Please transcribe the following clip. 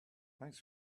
thanks